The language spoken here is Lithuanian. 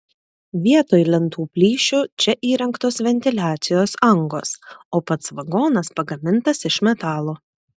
vietoj lentų plyšių čia įrengtos ventiliacijos angos o pats vagonas pagamintas iš metalo